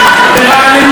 תרעננו.